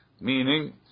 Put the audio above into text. Meaning